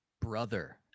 brother